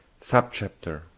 Subchapter